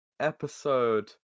Episode